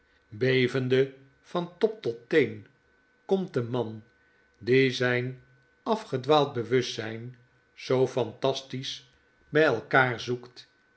bevende van top tot teen komt de man die zijn afgedwaald bewustzijn zoo fantastisch bjj elkander zoekt